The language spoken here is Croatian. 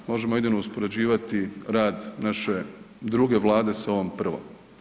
Možemo jedino uspoređivati rad naše druge Vlade sa ovom prvom.